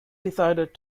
decided